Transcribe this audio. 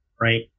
right